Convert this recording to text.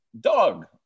dog